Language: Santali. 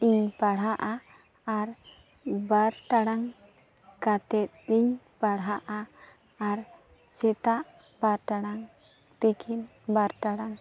ᱤᱧ ᱯᱟᱲᱟᱦᱜᱼᱟ ᱟᱨ ᱵᱟᱨ ᱴᱟᱲᱟᱝ ᱠᱟᱛᱮᱫ ᱤᱧ ᱯᱟᱲᱦᱟᱜᱼᱟ ᱟᱨ ᱥᱮᱛᱟᱜ ᱵᱟᱨ ᱴᱟᱲᱟᱝ ᱛᱤᱠᱤᱱ ᱵᱟᱨ ᱴᱟᱲᱟᱝ